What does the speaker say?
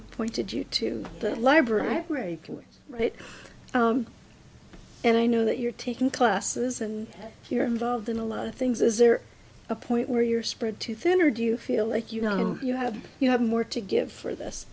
appointed you to the library right and i know that you're taking classes and you're involved in a lot of things is there a point where you're spread too thin or do you feel like you know you have you have more to give for this